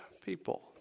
people